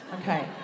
Okay